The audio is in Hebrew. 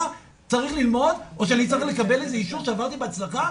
צריך ללמוד או שאני צריך לקבל איזה אישור שעברתי בהצלחה?